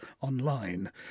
online